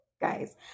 guys